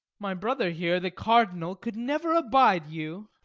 my brother, here, the cardinal, could never abide you.